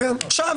לא